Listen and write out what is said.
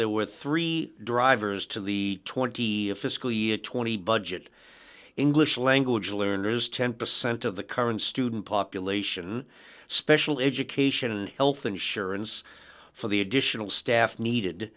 there were three drivers to the twenty of fiscal year twenty budget english language learners ten percent of the current student population special education health insurance for the additional staff needed